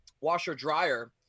washer-dryer